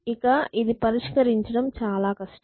కనుక ఇది పరిష్కరించడం చాలా కష్టం